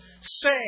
say